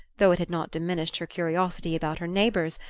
though it had not diminished her curiosity about her neighbours,